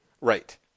Right